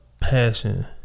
passion